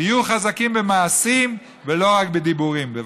תהיו חזקים במעשים, ולא רק בדיבורים, בבקשה.